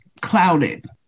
clouded